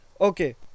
okay